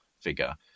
figure